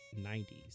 90s